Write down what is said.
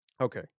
Okay